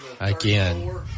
again